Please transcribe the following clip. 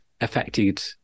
affected